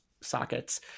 sockets